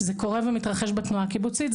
זה קורה ומתרחש בתנועה הקיבוצית.